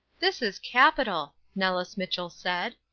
this is capital! nellis mitchell said.